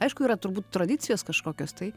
aišku yra turbūt tradicijos kažkokios tai